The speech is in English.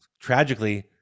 tragically